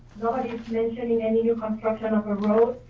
nobody's mentioning any new construction of a road.